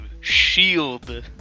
shield